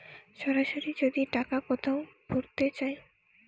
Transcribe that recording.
সরাসরি যদি টাকা কোথাও ভোরতে চায়